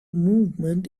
movement